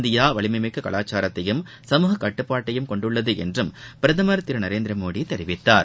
India வலிமை மிக்க கலாச்சாரத்தையும் சமூக கட்டுப்பாட்டையும் கொண்டுள்ளது என்றும் பிரதமர் திரு நரேந்திரமோடி தெரிவித்தார்